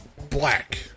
Black